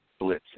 blitzing